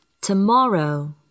Tomorrow